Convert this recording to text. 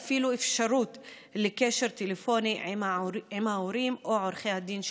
אפשרות לקשר טלפוני עם ההורים או עורכי הדין שלהם.